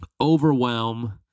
overwhelm